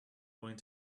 going